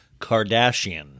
Kardashian